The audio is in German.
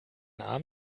auf